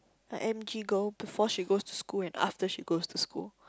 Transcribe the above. like M_G girl before she goes to school and after she goes to school